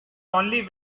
only